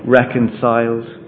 reconciled